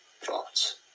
thoughts